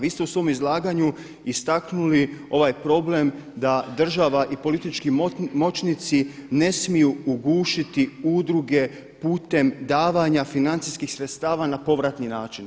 Vi ste u svom izlaganju istaknuli ovaj problem da država i politički moćnici ne smiju ugušiti udruge putem davanja financijskih sredstava na povratni način.